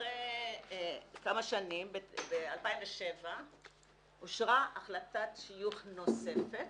אחרי כמה שנים, ב-2007 אושרה החלטת שיוך נוספת,